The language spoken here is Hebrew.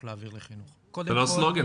זה לא סלוגן.